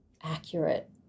accurate